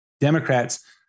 Democrats